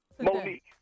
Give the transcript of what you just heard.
Monique